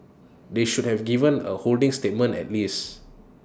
they should have given A holding statement at least